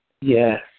Yes